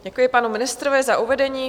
Děkuji panu ministrovi za uvedení.